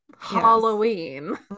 Halloween